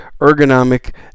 ergonomic